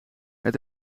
het